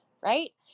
right